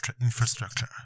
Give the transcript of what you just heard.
infrastructure